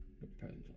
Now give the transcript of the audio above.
Depends